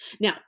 Now